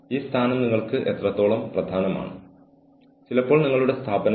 സമാന ചിന്താഗതിക്കാരായ ആളുകളെ കണ്ടുമുട്ടുന്ന ഒരേയൊരു സ്ഥലമാണ് ഓഫീസ്